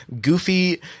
goofy